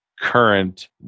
Current